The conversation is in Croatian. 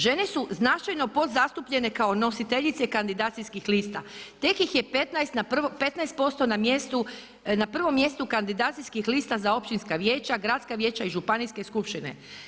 Žene su značajno podzastupljene kao nositeljice kandidacijskih lista, tek ih je 15 na prvu, 15% na prvom mjestu kandidacijska lista za općinska vijeća, gradska vijeća i županijske skupštine.